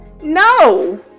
no